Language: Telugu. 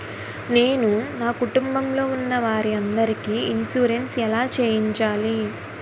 నేను నా కుటుంబం లొ ఉన్న వారి అందరికి ఇన్సురెన్స్ ఎలా చేయించాలి?